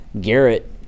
Garrett